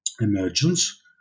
emergence